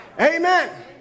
Amen